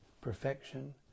perfection